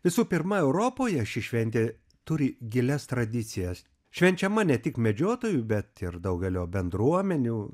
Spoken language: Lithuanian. visų pirma europoje ši šventė turi gilias tradicijas švenčiama ne tik medžiotojų bet ir daugelio bendruomenių